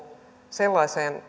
sellaiseen